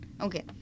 okay